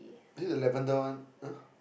is there the lavender one !huh!